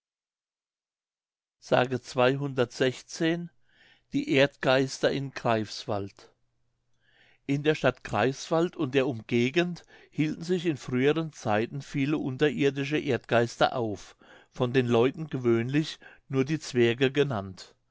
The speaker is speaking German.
die erdgeister in greifswald in der stadt greifswald und der umgegend hielten sich in früheren zeiten viele unterirdische erdgeister auf von den leuten gewöhnlich nur die zwerge genannt